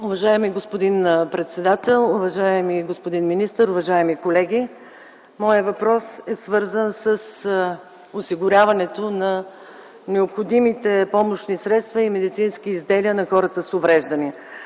Уважаеми господин председател, уважаеми господин министър, уважаеми колеги! Моят въпрос е свързан с осигуряването на необходимите помощни средства и медицински изделия на хората с увреждания.